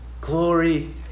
Glory